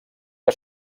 que